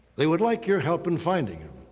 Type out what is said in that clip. they would like your help in finding him.